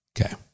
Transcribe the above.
Okay